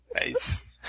Nice